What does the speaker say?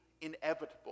inevitable